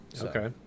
Okay